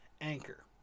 Anchor